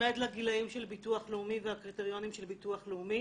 להיצמד לגילאים של ביטוח לאומי והקריטריונים של ביטוח לאומי